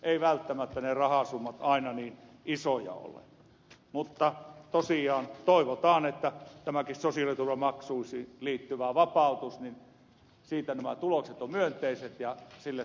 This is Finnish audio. eivät välttämättä ne rahasummat aina niin isoja ole mutta tosiaan toivotaan että tulokset tästä sosiaaliturvamaksuihin liittyvästä vapautuksesta ovat myönteiset ja sille saadaan jatkoa